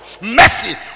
Mercy